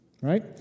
right